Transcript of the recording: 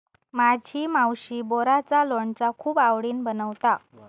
माझी मावशी बोराचा लोणचा खूप आवडीन बनवता